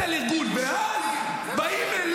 ככה חיסלתם את החמאס,